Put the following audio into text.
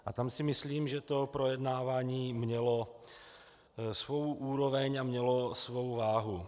A tam si myslím, že to projednávání mělo svou úroveň a mělo svou váhu.